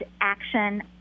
action